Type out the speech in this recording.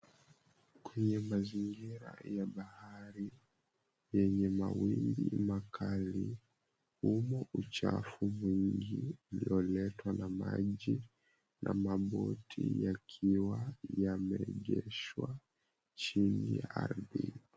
Kwenye mazingira ya bahari yenye mawimbi makali umo uchafu mwingi ulioletwa na maji na maboti yakiwa yameegeshwa chini ya ardhi.